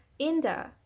Inda